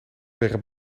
tegen